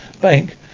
Bank